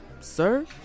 sir